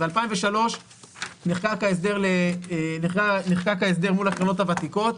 ב-2003 נחקק ההסדר מול הקרנות הוותיקות,